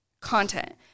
content